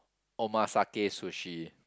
omakase sushi